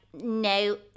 no